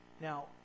Now